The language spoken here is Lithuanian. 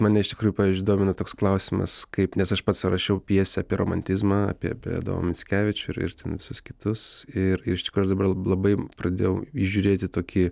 mane iš tikrųjų pavyzdžiui domina toks klausimas kaip nes aš pats sau rašiau pjesę apie romantizmą apie apie adomą mickevičių ir ir ten visus kitus ir ir iš tikrųjų aš dabar labai pradėjau įžiūrėti tokį